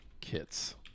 Kits